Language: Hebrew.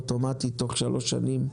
אוטומטית בתום שלוש שנים.